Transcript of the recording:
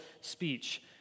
speech